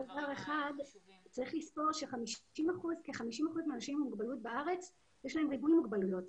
צריך לזכור שכ-50% מהאנשים עם מוגבלות בארץ יש להם ריבוי מוגבלויות.